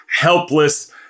helpless